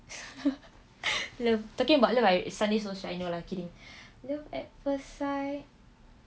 love talking about love I suddenly so shy no lah kidding love at first sight